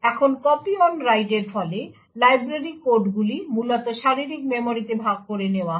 এখন copy on রাইটের ফলে লাইব্রেরি কোডগুলি মূলত শারীরিক মেমরিতে ভাগ করা নেওয়া হয়